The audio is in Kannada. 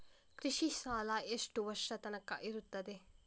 ಕೃಷಿ ಸಾಲ ಎಷ್ಟು ವರ್ಷ ತನಕ ಇರುತ್ತದೆ?